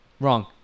Wrong